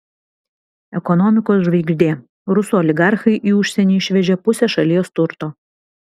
ekonomikos žvaigždė rusų oligarchai į užsienį išvežė pusę šalies turto